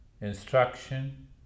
instruction